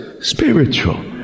spiritual